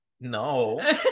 No